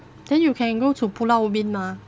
then you can go to pulau ubin mah